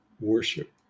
worship